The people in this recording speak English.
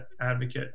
Advocate